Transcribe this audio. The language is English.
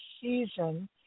season